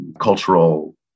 cultural